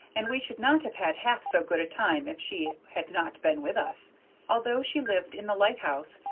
and we should not have had half so good a time if she had not been with us although she lived in the lighthouse,